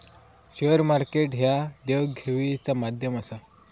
share market ह्या देवघेवीचा माध्यम आसा